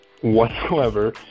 whatsoever